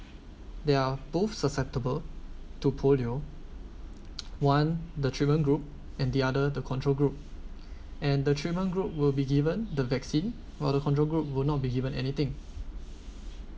they are both susceptible to polio one the treatment group and the other the control group and the treatment group will be given the vaccine while the control group will not be given anything